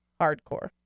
hardcore